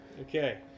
Okay